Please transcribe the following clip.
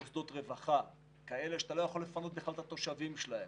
במוסדות הרווחה כאלה שאתה לא יכול לפנות בכלל את התושבים שלהם,